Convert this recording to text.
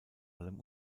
allem